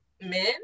men